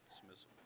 dismissal